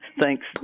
thanks